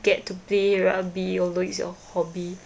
get to play rugby although it's your hobby